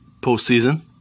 postseason